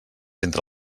entre